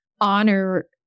honor